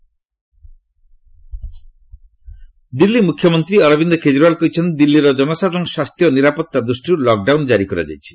lockdown Delhi ମୁଖ୍ୟମନ୍ତ୍ରୀ ଅରବିନ୍ଦ କେଜିରୱାଲ କହିଛନ୍ତି ଦିଲ୍ଲୀର ଜନସାଧାରଣଙ୍କ ସ୍ୱାସ୍ଥ୍ୟ ଓ ନିରାପଉା ଦୃଷ୍ଟିରୁ ଲକ୍ଡାଉନ୍ ଜାରି କରାଯାଇଛି